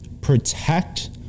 protect